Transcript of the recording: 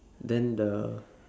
then the